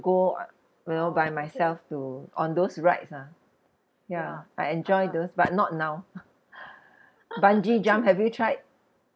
go you know by myself to on those rides ah ya I enjoy those but not now bungee jump have you tried